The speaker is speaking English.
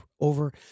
over